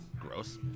Gross